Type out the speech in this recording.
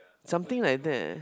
something like that